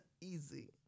Easy